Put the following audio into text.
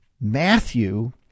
Matthew